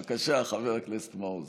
בבקשה, חבר הכנסת מעוז.